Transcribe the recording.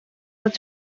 pot